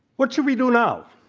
what should we do now?